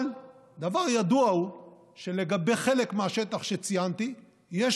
אבל דבר ידוע הוא שלגבי חלק מהשטח שציינתי יש